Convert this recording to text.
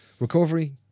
Recovery